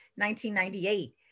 1998